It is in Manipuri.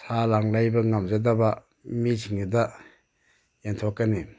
ꯁꯥ ꯂꯥꯡ ꯂꯩꯕ ꯉꯝꯖꯗꯕ ꯃꯤꯁꯤꯡꯁꯤꯗ ꯌꯦꯟꯊꯣꯛꯀꯅꯤ